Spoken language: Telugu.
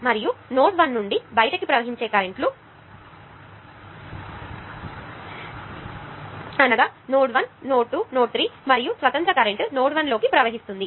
మరియు నోడ్ 1 నుండి బయటికి ప్రవహించే కరెంటులు ఇది నోడ్ 1 ఇది నోడ్ 2 ఇది నోడ్ 3 మరియు స్వతంత్ర కరెంట్ నోడ్1 లోకి ప్రవహిస్తుంది